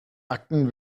akten